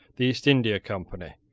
the east india company,